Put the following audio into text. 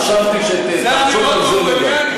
חשבתי שתחשוב על זה לבד,